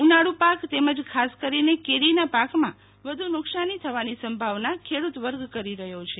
ઉનાળુ પાક તેમજ ખાસ કરીને કેરીના પાકમાં વધુ નુકશાની થવાની સંભાવના ખેડુતવર્ગ કરી રહ્યો છે